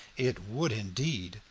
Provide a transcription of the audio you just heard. it would indeed,